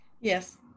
Yes